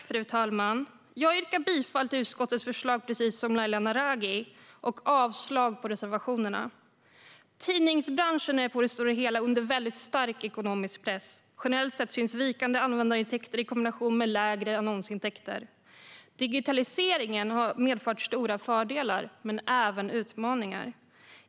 Fru talman! Jag yrkar precis som Laila Naraghi bifall till utskottets förslag och avslag på reservationerna. Tidningsbranschen är på det stora hela under mycket stark ekonomisk press. Generellt sett syns vikande användarintäkter i kombination med lägre annonsintäkter. Digitaliseringen har medfört stora fördelar men även utmaningar.